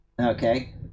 okay